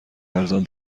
ارزان